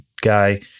guy